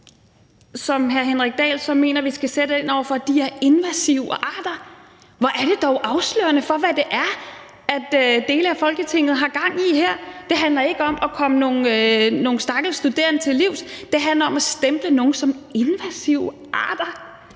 det er synd for, at vi skal sætte ind over for dem, fordi de er invasive arter? Hvor er det dog afslørende for, hvad det er, dele af Folketinget har gang i her. Det handler ikke om at komme nogle stakkels studerende til undsætning, men om at stemple nogle som invasive arter.